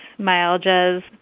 myalgias